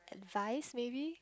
vice maybe